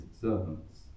servants